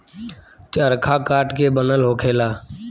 चरखा काठ के बनल होखेला